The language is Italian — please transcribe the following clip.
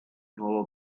nuovo